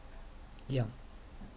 yeah